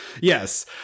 yes